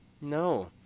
No